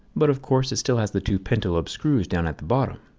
but of course it still has the two pentalobe screws down at the bottom.